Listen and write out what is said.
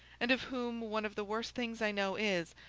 and of whom one of the worst things i know is,